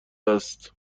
است